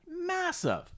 Massive